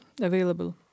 available